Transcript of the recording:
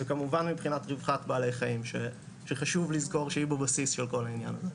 שכמובן מבחינת ריווחת בעלי חיים שחשוב לזכור שהיא בבסיס של כל העניין.